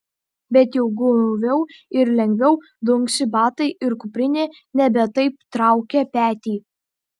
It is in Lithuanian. bet jau guviau ir lengviau dunksi batai ir kuprinė nebe taip traukia petį